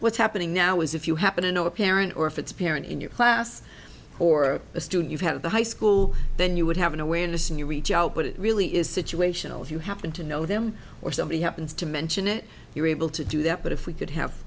what's happening now is if you happen to know a parent or if it's a parent in your class or a student you have the high school then you would have an awareness and you reach out but it really is situational if you happen to know them or somebody happens to mention it you're able to do that but if we could have